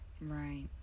Right